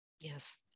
Yes